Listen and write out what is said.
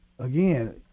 Again